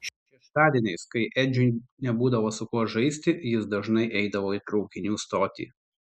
šeštadieniais kai edžiui nebūdavo su kuo žaisti jis dažnai eidavo į traukinių stotį